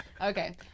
Okay